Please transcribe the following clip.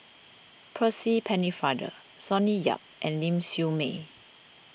Percy Pennefather Sonny Yap and Ling Siew May